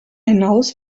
hinaus